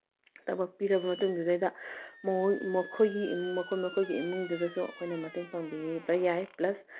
ꯊꯕꯛ ꯄꯤꯔꯕ ꯃꯇꯨꯡꯗꯩꯗꯨꯗ ꯃꯈꯣꯏ ꯃꯈꯣꯏꯒꯤ ꯏꯃꯨꯡꯗꯨꯗꯁꯨ ꯑꯩꯈꯣꯏꯅ ꯃꯇꯦꯡ ꯄꯥꯡꯕꯤꯕ ꯌꯥꯏ ꯄ꯭ꯂꯁ